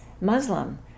Muslim